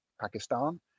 Pakistan